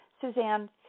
Suzanne